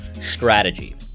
Strategy